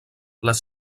les